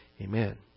Amen